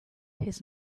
his